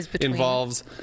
involves